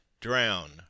drown